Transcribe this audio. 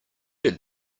did